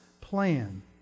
plan